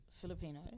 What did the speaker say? Filipino